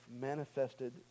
manifested